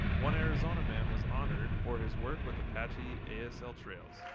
one arizona man was honored for his work with apache asl trails.